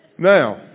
Now